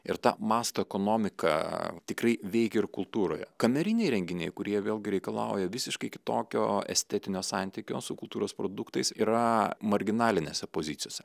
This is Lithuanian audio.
ir ta masto ekonomika tikrai veikia ir kultūroje kameriniai renginiai kurie vėlgi reikalauja visiškai kitokio estetinio santykio su kultūros produktais yra marginalinėse pozicijose